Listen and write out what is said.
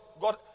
God